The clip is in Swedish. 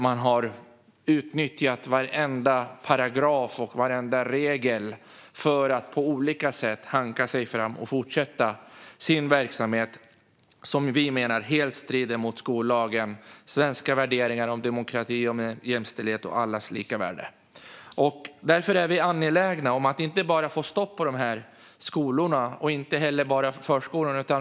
Man har utnyttjat varenda paragraf och varenda regel för att på olika sätt hanka sig fram och fortsätta sin verksamhet. Vi menar att det helt strider mot skollagen, svenska värderingar, demokrati, jämställdhet och allas lika värde. Därför är vi angelägna om att få stopp på inte bara de skolorna och förskolorna.